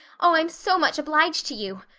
oh, i'm so much obliged to you.